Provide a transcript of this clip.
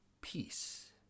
peace